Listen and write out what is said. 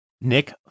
Nick